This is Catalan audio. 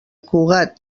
cugat